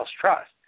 trust